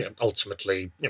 ultimately